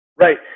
Right